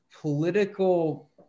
political